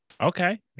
Okay